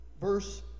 verse